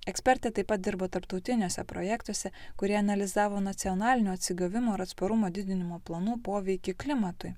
ekspertė taip pat dirba tarptautiniuose projektuose kurie analizavo nacionalinio atsigavimo ir atsparumo didinimo planų poveikį klimatui